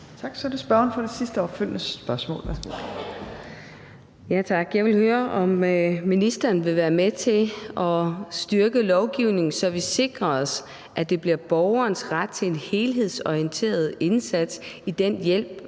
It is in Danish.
opfølgende spørgsmål. Værsgo. Kl. 15:28 Charlotte Broman Mølbæk (SF): Tak. Jeg vil høre, om ministeren vil være med til at styrke lovgivningen, så vi sikrer os, at det bliver borgerens ret til en helhedsorienteret indsats i den hjælp,